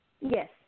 Yes